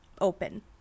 open